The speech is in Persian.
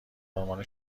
آلمان